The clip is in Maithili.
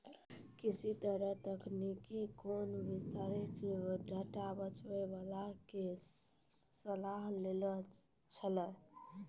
कि तोहें कहियो कोनो वित्तीय डेटा बेचै बाला के सलाह लेने छो?